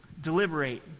deliberate